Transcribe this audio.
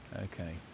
Okay